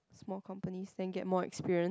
small company then get more experience